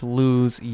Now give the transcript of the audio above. lose